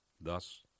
thus